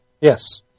yes